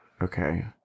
Okay